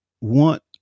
want